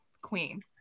queen